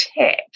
tech